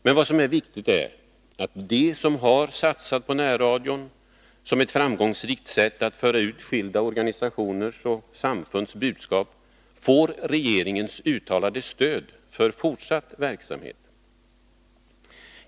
Men vad som är viktigt är att de som har satsat på närradion som ett framgångsrikt sätt att föra ut skilda organisationers och samfunds budskap får regeringens uttalade stöd för fortsatt verksamhet.